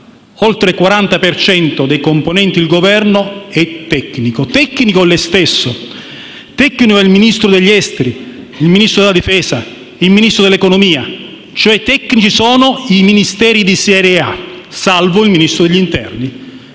per cento dei componenti il Governo è tecnico. Tecnico è lei stesso, tecnici sono il Ministro degli affari esteri, il Ministro della difesa, il Ministro dell'economia, cioè tecnici sono i Ministeri di serie A, salvo il Ministro dell'interno,